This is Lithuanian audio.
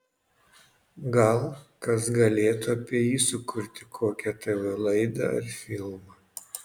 gal kas galėtų apie jį sukurti kokią tv laidą ar filmą